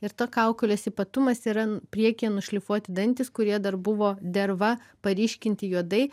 ir to kaukolės ypatumas yra priekyje nušlifuoti dantys kurie dar buvo derva paryškinti juodai